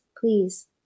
please